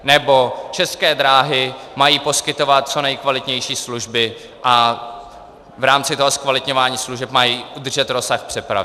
nebo České dráhy mají poskytovat co nejkvalitnější služby a v rámci toho zkvalitňování služeb mají udržet rozsah přepravy;